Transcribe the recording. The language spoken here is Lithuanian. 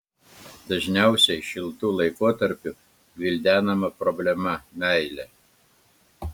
dažniausiai šiltu laikotarpiu gvildenama problema meilė